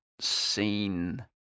seen